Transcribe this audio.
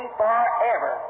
forever